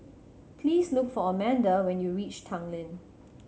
please look for Amanda when you reach Tanglin